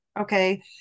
Okay